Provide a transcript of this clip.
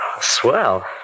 Swell